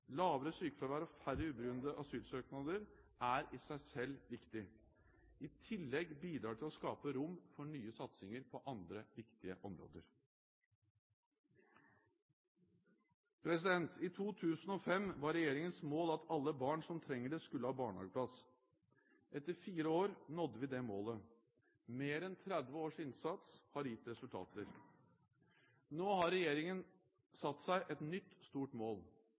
lavere sykefravær og færre ubegrunnede asylsøknader er i seg selv viktig. I tillegg bidrar det til å skape rom for nye satsinger på andre viktige områder. I 2005 var regjeringens mål at alle barn som trenger det, skulle ha barnehageplass. Etter fire år nådde vi det målet. Mer enn 30 års innsats har gitt resultater. Nå har regjeringen satt seg et nytt stort mål.